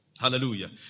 Hallelujah